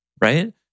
right